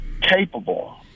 capable